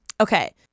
Okay